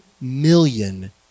million